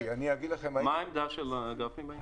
מה העמדה של גפני בעניין הזה?